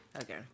Okay